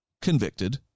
Convicted